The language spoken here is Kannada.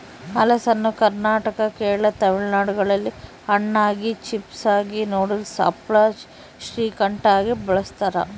ಹಲಸನ್ನು ಕರ್ನಾಟಕ ಕೇರಳ ತಮಿಳುನಾಡುಗಳಲ್ಲಿ ಹಣ್ಣಾಗಿ, ಚಿಪ್ಸಾಗಿ, ನೂಡಲ್ಸ್, ಹಪ್ಪಳ, ಶ್ರೀಕಂಠ ಆಗಿ ಬಳಸ್ತಾರ